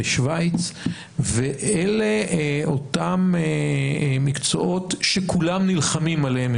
בשוויץ ואלה אותם מקצועות שכולם נלחמים עליהם,